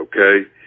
okay